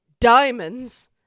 diamonds